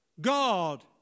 God